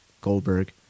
Goldberg